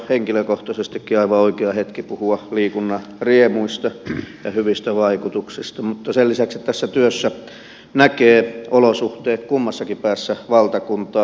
nyt on henkilökohtaisestikin aivan oikea hetki puhua liikunnan riemuista ja hyvistä vaikutuksista mutta sen lisäksi tässä työssä näkee olosuhteet kummassakin päässä valtakuntaa